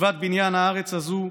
מצוות בניין הארץ הזאת,